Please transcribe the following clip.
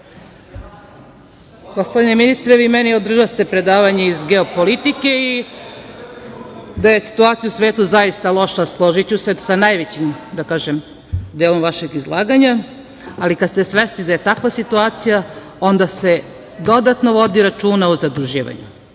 Gospodine ministre, vi meni održaste predavanje iz geopolitike i situacija je u svetu veoma loša, složiću se, sa najvećim delom vašeg izlaganja, ali kada ste svesni da je takva situacija, onda se dodatno vodi računa o zaduživanju.